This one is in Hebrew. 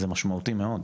זה משמעותי מאוד,